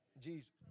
Jesus